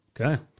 Okay